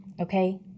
okay